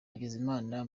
hakizimana